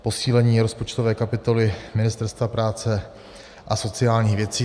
Posílení rozpočtové kapitoly Ministerstva práce a sociálních věcí.